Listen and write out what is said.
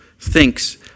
thinks